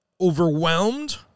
overwhelmed